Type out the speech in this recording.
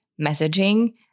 messaging